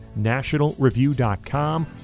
Nationalreview.com